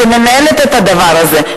שמנהלת את הדבר הזה.